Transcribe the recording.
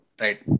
right